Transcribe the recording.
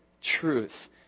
truth